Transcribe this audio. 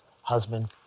husband